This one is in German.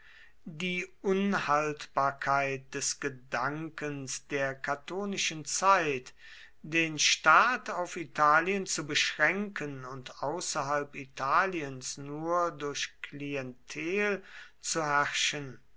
die unhaltbarkeit des gedankens der catonischen zeit den staat auf italien zu beschränken und außerhalb italiens nur durch klientel zu herrschen